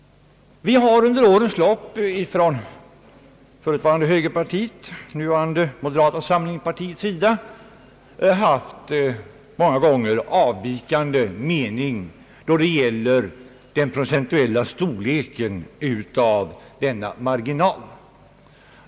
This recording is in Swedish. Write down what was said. Under årens lopp har vi från förutvarande högerpartiets, numera moderata samlingspartiets sida många gånger haft avvikande mening då det gäller den procentuella storleken av denna marginal.